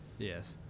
Yes